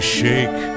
shake